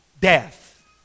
death